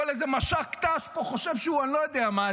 כל איזה מש"ק ת"ש פה חושב שהוא אני לא יודע מה,